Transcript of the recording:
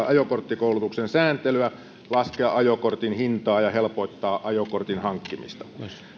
ajokorttikoulutuksen sääntelyä laskea ajokortin hintaa ja helpottaa ajokortin hankkimista